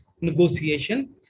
negotiation